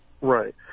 Right